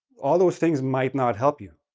all those things might not help you.